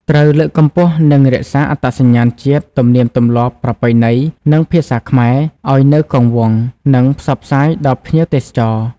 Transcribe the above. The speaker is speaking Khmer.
ត្រូវ លើកកម្ពស់ និងរក្សាអត្តសញ្ញាណ ជាតិ ទំនៀមទម្លាប់ ប្រពៃណី និង ភាសាខ្មែរ ឲ្យនៅគង់វង្ស និងផ្សព្វផ្សាយដល់ភ្ញៀវទេសចរ។